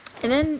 and then